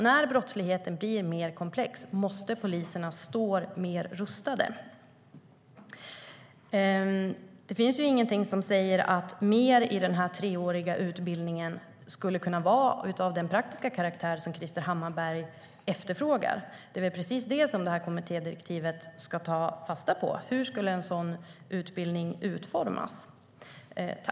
När brottligheten blir mer komplex måste poliserna stå mer rustade. Det finns ingenting som säger att inte mer i den treåriga utbildningen skulle kunna vara av den praktiska karaktär som Krister Hammarbergh efterfrågar. Det är precis det som kommittédirektivet ska ta fasta på. Hur skulle en sådan utbildning utformas?